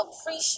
appreciate